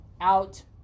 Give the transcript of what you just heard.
out